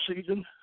season